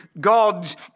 God's